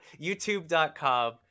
YouTube.com